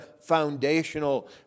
foundational